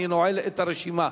אני נועל את הרשימה.